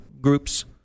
groups